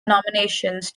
nominations